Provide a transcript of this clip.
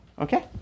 Okay